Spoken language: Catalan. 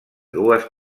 dues